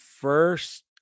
first